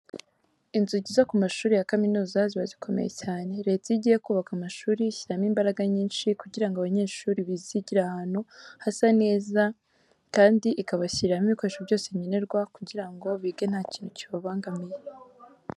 Inzugi zo ku mashuri ya kaminuza ziba zikomeye cyane. Leta iyo igiye kubaka amashuri ishyiramo imbaraga nyinshi kugira ngo abanyeshuri bizigire ahantu hasa neza, kandi ikabashyiriramo ibikoresho byose nkenerwa kugira ngo bige nta kintu kibabangamiye.